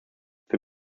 für